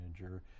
manager